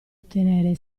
ottenere